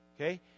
Okay